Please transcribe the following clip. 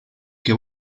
que